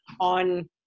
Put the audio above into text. on